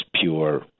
pure